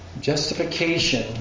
justification